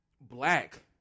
Black